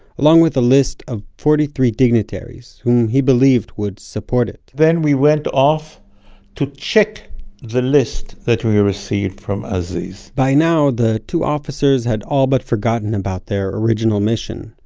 along with a list of forty-three dignitaries, whom he believed would support it then we went off to check the list that we received from aziz by now, the two officers had all but forgotten about their original mission,